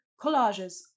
collages